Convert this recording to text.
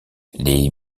les